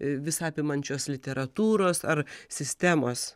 visa apimančios literatūros ar sistemos